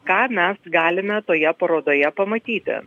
ką mes galime toje parodoje pamatyti